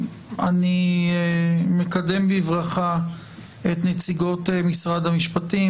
אני מקדם בברכה את נציגות משרד המשפטים,